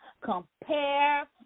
compare